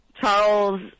Charles